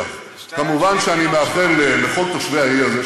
מובן שאני מאחל לכל תושבי האי הזה,